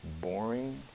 boring